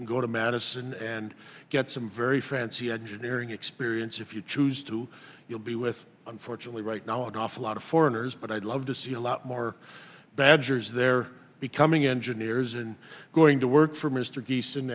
can go to madison and get some very fancy engineering experience if you choose to you'll be with unfortunately right now an awful lot of foreigners but i'd love to see a lot more badgers there becoming engineers and going to work for m